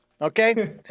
Okay